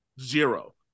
zero